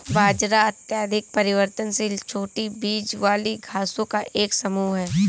बाजरा अत्यधिक परिवर्तनशील छोटी बीज वाली घासों का एक समूह है